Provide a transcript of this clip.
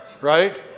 right